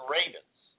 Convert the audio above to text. Ravens